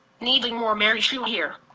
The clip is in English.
needing more mary schuh here.